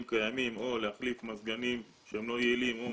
קיימים או להחליף מזגנים שהם לא יעילים או